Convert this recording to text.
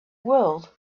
world